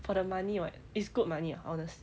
for the money [what] it's good money eh honest